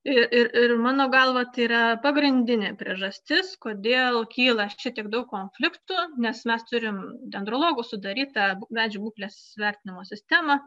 ir ir mano galva tai yra pagrindinė priežastis kodėl kyla šitiek daug konfliktų nes mes turim dendrologų sudarytą medžių būklės vertinimo sistemą